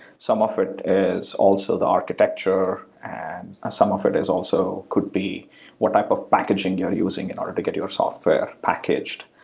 some of it is also the architecture and ah some of it is also could be what type of packaging you're using in order to get your software packaged.